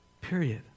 Period